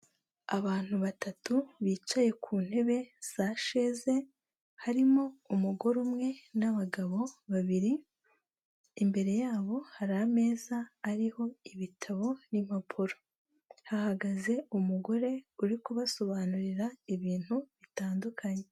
Abantu batatu bicaye ku ntebe za sheze harimo umugore umwe n'abagabo babiri, imbere yabo hari ameza ariho ibitabo n'impapuro, hahagaze umugore uri kubasobanurira ibintu bitandukanye.